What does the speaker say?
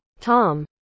Tom